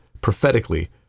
prophetically